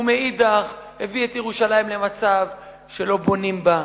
ומאידך הביא את ירושלים למצב שלא בונים בה,